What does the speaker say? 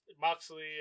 Moxley